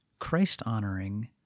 Christ-honoring